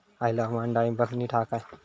हयला हवामान डाळींबाक नीट हा काय?